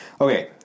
Okay